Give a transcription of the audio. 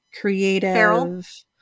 creative